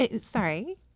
sorry